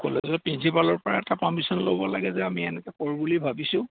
কলেজৰ প্ৰিন্সিপালৰ পৰা এটা পাৰ্মিশ্যন ল'ব লাগে যে আমি এনেকে কৰো বুলি ভাবিছোঁ